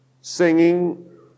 singing